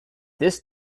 this